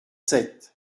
sept